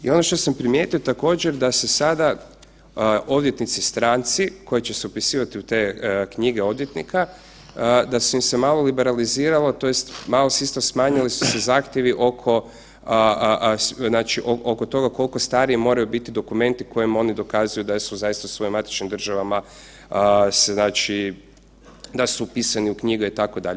I ono što sam primijetio, također, da se sada odvjetnici stranci koji će se upisivati u te knjige odvjetnika, da su im se malo liberaliziralo, tj. malo se isto, smanjili su se zahtjevi oko toga koliko stari moraju biti dokumenti kojim oni dokazuju da su zaista u svojim matičnim državama, znači da su upisani u knjige, itd.